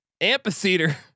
amphitheater